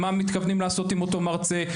מה מתכוונים לעשות עם אותו מרצה,